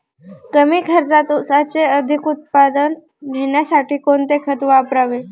कमी खर्चात ऊसाचे अधिक उत्पादन घेण्यासाठी कोणते खत वापरावे?